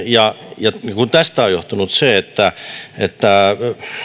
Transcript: ja niistä on johtunut se että että